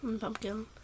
Pumpkin